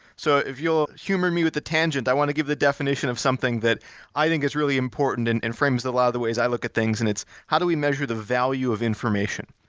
so if you'll humor me with a tangent, i want to give the definition of something that i think is really important and and frames a lot of the ways i look at things, and it's how do we measure the value of information?